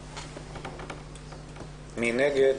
מי נגד?